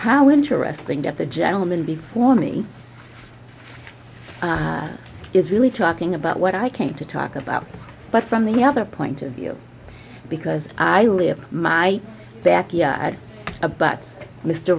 how interesting that the gentleman before me is really talking about what i came to talk about but from the other point of view because i live my backyard abuts mr